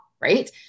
Right